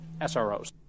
SROs